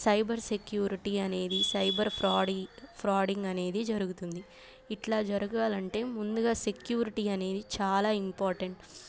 cyber security అనేది cyber ఫ్రాడీ fraud అనేది జరుగుతుంది ఇట్లా జరగాలంటే ముందుగా సెక్యూరిటీ అనేది చాలా ఇంపార్టెంట్